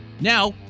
Now